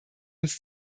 uns